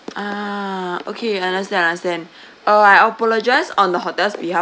ah okay understand understand uh I apologise on the hotel behalf